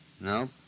No